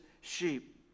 sheep